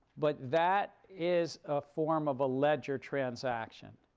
but that is a form of a ledger transaction.